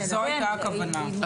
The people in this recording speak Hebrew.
זו הייתה הכוונה.